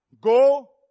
go